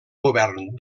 govern